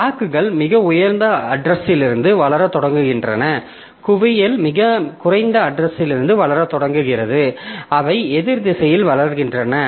ஸ்டாக்குகள் மிக உயர்ந்த அட்ரஷிலிருந்து வளரத் தொடங்குகின்றன குவியல் மிகக் குறைந்த அட்ரஷிலிருந்து வளரத் தொடங்குகிறது அவை எதிர் திசையில் வளர்கின்றன